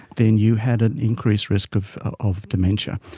then you had an increased risk of of dementia.